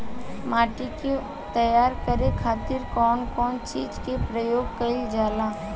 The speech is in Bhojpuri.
माटी के तैयार करे खातिर कउन कउन चीज के प्रयोग कइल जाला?